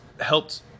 helped